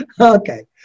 Okay